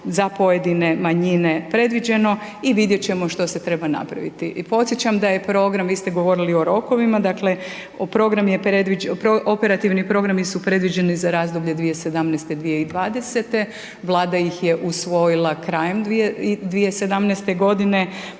za pojedine manjine predviđeno i vidjet ćemo što se treba napraviti. Podsjećam da je program, vi ste govorili o rokovima, dakle, program je previđen, operativni programi su predviđeni za razdoblje 2017.-2020. Vlada ih je usvojila krajem 2017. godine,